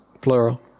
plural